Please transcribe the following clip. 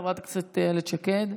חברת הכנסת איילת שקד.